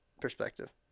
perspective